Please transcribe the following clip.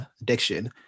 addiction